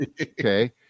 Okay